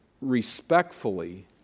respectfully